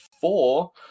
four